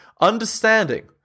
understanding